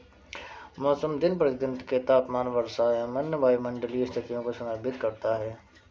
मौसम दिन प्रतिदिन के तापमान, वर्षा और अन्य वायुमंडलीय स्थितियों को संदर्भित करता है